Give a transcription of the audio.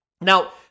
Now